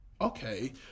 okay